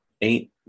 eight